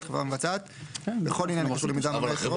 חברה מבצעת בכל עניין הקשור למיזם המטרו".